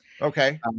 Okay